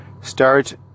start